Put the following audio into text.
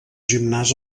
gimnàs